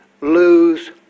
Lose